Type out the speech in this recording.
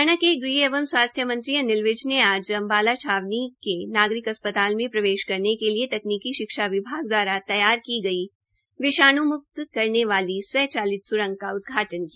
हरियाणा के ग़हमंत्री एवं स्वास्थ्य मंत्री अनिल विज ने आज अम्बाला छावनी के नागरिक अस्पताल में प्रवेश करने के लिए तकनीकी शिक्षा विभाग दवारा तैरार की गई विषाण् म्क्त करने वाली स्व चलित स्रंग का उदघाटन् किया